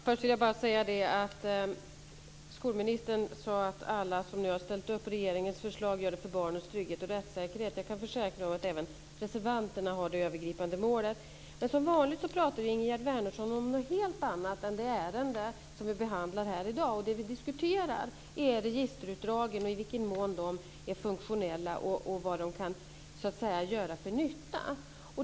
Fru talman! Först vill jag bara säga att skolministern sade att alla som har ställt sig bakom regeringens förslag gör det för barnens trygghet och rättssäkerhet. Jag kan försäkra att även reservanterna har det övergripande målet. Men som vanligt talar Ingegerd Wärnersson om något helt annat än det ärende som vi behandlar här i dag. Och det som vi diskuterar är registerutdragen och i vilken mån de är funktionella och vad de kan göra för nytta.